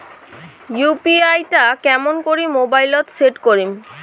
UPI টা কেমন করি মোবাইলত সেট করিম?